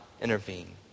intervene